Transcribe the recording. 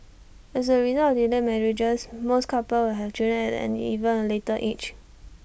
as A result of delayed marriages most couples will have children at an even later age